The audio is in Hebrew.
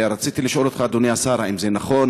רציתי לשאול אותך, אדוני השר: האם זה נכון?